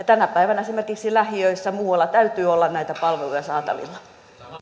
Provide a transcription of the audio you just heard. tänä päivänä esimerkiksi lähiöissä ja muualla täytyy olla näitä palveluja saatavilla